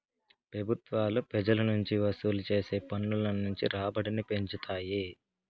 పెబుత్వాలు పెజల నుంచి వసూలు చేసే పన్నుల నుంచి రాబడిని పెంచుతాయి